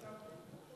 הסכמתי.